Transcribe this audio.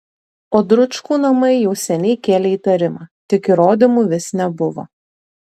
o dručkų namai jau seniai kėlė įtarimą tik įrodymų vis nebuvo